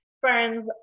Friends